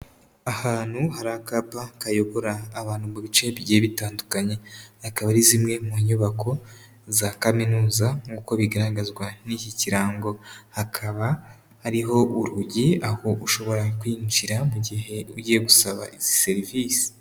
Ahantu hari akapa kayobora abantu mu bice bigiye bitandukanye, akaba ari zimwe mu nyubako za kaminuza nkuko bigaragazwa n'iki kirango. Hakaba hariho urugi aho ushobora kwinjira mu gihe ugiye gusaba izi serivise.